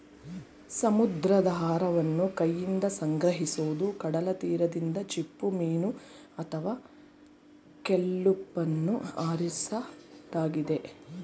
ಸಮುದ್ರಾಹಾರವನ್ನು ಕೈಯಿಂದ ಸಂಗ್ರಹಿಸೋದು ಕಡಲತೀರದಿಂದ ಚಿಪ್ಪುಮೀನು ಅಥವಾ ಕೆಲ್ಪನ್ನು ಆರಿಸೋದಾಗಿದೆ